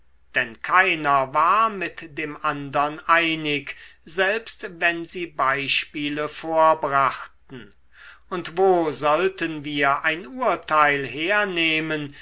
denn keiner war mit dem andern einig selbst wenn sie beispiele vorbrachten und wo sollten wir ein urteil hernehmen